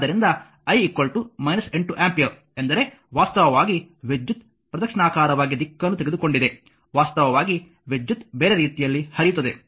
ಆದ್ದರಿಂದ i 8 ampere ಎಂದರೆ ವಾಸ್ತವವಾಗಿ ವಿದ್ಯುತ್ ಪ್ರದಕ್ಷಿಣಾಕಾರವಾಗಿ ದಿಕ್ಕನ್ನು ತೆಗೆದುಕೊಂಡಿದೆ ವಾಸ್ತವವಾಗಿ ವಿದ್ಯುತ್ ಬೇರೆ ರೀತಿಯಲ್ಲಿ ಹರಿಯುತ್ತದೆ